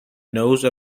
nose